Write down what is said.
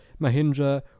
Mahindra